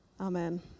Amen